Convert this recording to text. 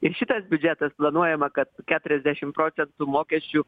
ir šitas biudžetas planuojama kad keturiasdešim procentų mokesčių